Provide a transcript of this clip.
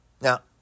Now